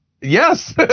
Yes